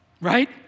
right